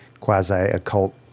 Quasi-occult